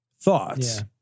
thoughts